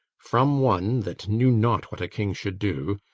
from one that knew not what a king should do,